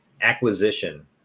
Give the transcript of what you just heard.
acquisition